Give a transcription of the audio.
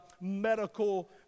medical